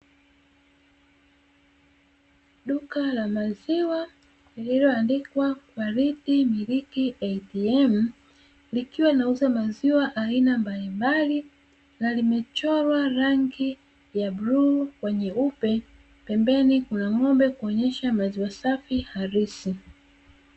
Duka la maziwa lililoandikwa " QUALITY MILK ATM", likiwa linauza maziwa aina mbalimbali na limechorwa rangi ya bluu na nyeupe pembeni kuna ng'ombe kuonyesha maziwa safi halisi.